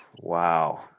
Wow